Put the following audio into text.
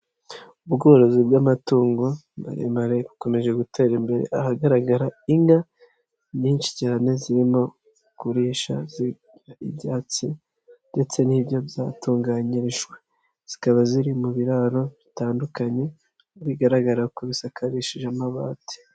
Ubworozi bw'amatungo maremare bukomeje gutera imbere, aha hagaragara inka nyinshi cyane zirimo kurisha ibyatsi ndetse n'ibiryo byatunganyirijwe, zikaba ziri mu biraro bitandukanye bigaragara ko bisakarishije amabati.